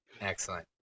Excellent